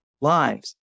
lives